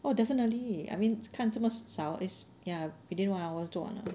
oh definitely I mean 看这么少 is ya within one hour 做完了